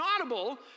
audible